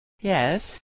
Yes